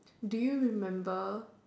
do you remember